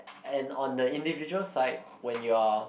and on the individual side when you are